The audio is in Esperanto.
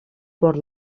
por